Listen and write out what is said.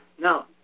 now